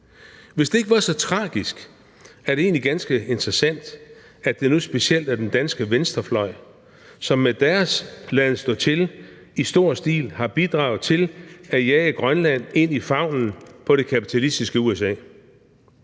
Hvis det ikke var så tragisk, er det egentlig ganske interessant, at det nu specielt er den danske venstrefløj, som med deres laden stå til i stor stil har bidraget til at jage Grønland ind i favnen på det kapitalistiske USA.